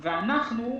אנחנו,